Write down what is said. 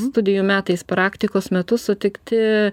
studijų metais praktikos metu sutikti